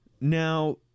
Now